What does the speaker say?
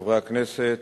חברי חברי הכנסת,